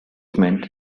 meant